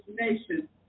nation